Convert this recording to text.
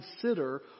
consider